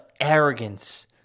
arrogance